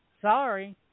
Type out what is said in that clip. Sorry